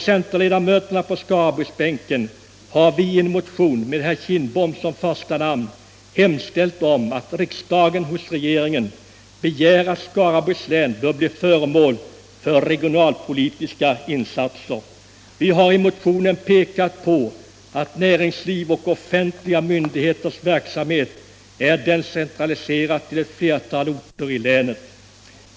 Centerledamöterna på Skaraborgsbänken har i en motion med herr Kindbom som första namn hemställt om att riksdagen hos regeringen begär att Skaraborgs län bör bli föremål för regionalpolitiska insatser. Vi har i motionen pekat på att näringsliv och offentliga myndigheters verksamhet är decentraliserade till ett flertal orter i länet.